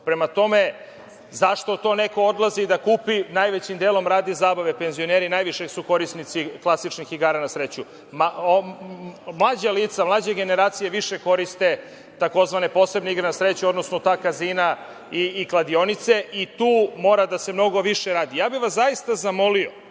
Prema tome, zašto to neko odlazi da kupi? Najvećim delom radi zabave, penzioneri su najviše korisnici klasičnih igara na sreću. Mlađa lica, mlađe generacije više koriste tzv. posebne igre na sreću, odnosno ta kazina i kladionice i tu mora da se mnogo više radi. Zamolio bih vas, pošto